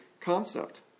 concept